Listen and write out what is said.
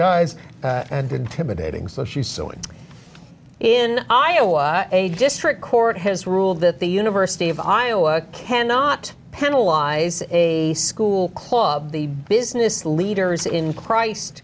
guys and intimidating so she's suing in iowa a district court has ruled that the university of iowa cannot penalize a school club the business leader is in christ